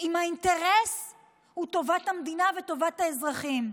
אם האינטרס הוא טובת המדינה וטובת האזרחים.